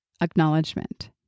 acknowledgement